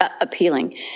appealing